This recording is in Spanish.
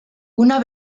una